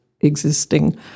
existing